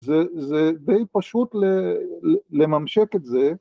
זה, ‫זה די פשוט לממשק את זה.